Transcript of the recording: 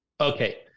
okay